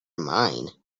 mine